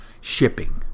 shipping